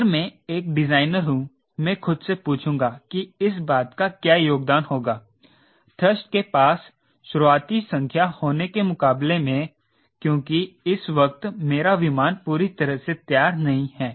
अगर मैं एक डिजाइनर हूं मैं खुद से पूछूंगा कि इस बात का क्या योगदान होगा थ्रस्ट के पास शुरुआती संख्या होने के मुकाबले में क्योंकि इस वक्त मेरा विमान पूरी तरह से तैयार नहीं है